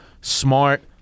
smart